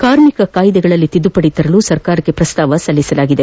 ಕಾರ್ಮಿಕ ಕಾಯ್ಗೆಗಳಲ್ಲಿ ತಿದ್ದುಪದಿ ತರಲು ಸರ್ಕಾರಕ್ಕೆ ಪ್ರಸಾವನೆ ಸಲ್ಲಿಸಲಾಗಿದೆ